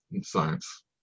science